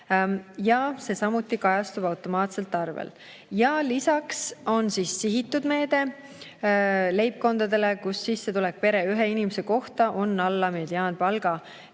See samuti kajastub automaatselt arvel. Lisaks on sihitud meede leibkondadele, kus sissetulek pere ühe inimese kohta on alla mediaanpalga,